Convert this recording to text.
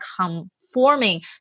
conforming